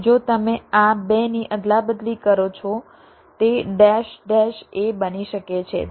તેથી જો તમે આ બેની અદલાબદલી કરો છો તે ડેશ ડેશ a બની શકે છે